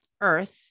earth